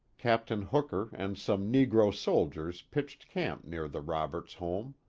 captain hooker and some negro soldiers pitched camp near the roberts home.